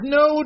no